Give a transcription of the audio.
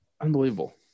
Unbelievable